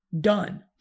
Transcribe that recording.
done